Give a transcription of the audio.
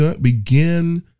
begin